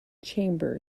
chamber